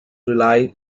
rely